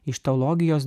iš teologijos